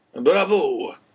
Bravo